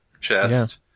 chest